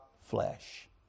flesh